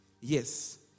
yes